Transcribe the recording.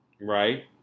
right